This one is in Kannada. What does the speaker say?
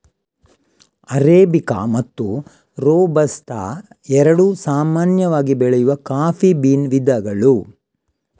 ಅರೇಬಿಕಾ ಮತ್ತು ರೋಬಸ್ಟಾ ಎರಡು ಸಾಮಾನ್ಯವಾಗಿ ಬೆಳೆಯುವ ಕಾಫಿ ಬೀನ್ ವಿಧಗಳು